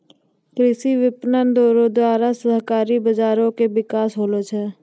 कृषि विपणन रो द्वारा सहकारी बाजारो के बिकास होलो छै